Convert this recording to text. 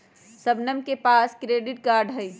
शबनम के पास credit card हई